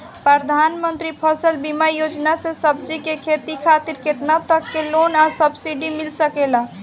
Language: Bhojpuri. प्रधानमंत्री फसल बीमा योजना से सब्जी के खेती खातिर केतना तक के लोन आ सब्सिडी मिल सकेला?